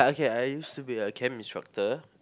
K I used to be a camp instructor